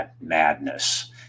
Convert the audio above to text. madness